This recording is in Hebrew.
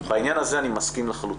בעניין הזה אני מסכים לחלוטין,